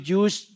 use